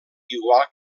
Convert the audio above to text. igual